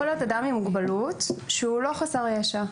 יכול להיות אדם עם מוגבלות והוא לא חסר ישע.